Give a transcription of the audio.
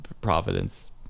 providence